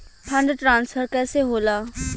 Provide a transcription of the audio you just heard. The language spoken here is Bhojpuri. फण्ड ट्रांसफर कैसे होला?